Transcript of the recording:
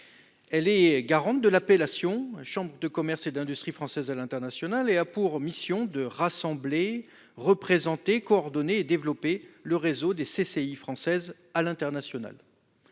Elle est garante de l'appellation « chambres de commerce et d'industrie françaises à l'international » et a pour mission de rassembler, représenter, coordonner et développer le réseau des CCI françaises à l'étranger.